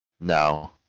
no